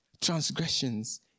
Transgressions